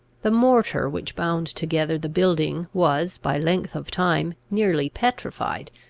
the mortar which bound together the building was, by length of time, nearly petrified,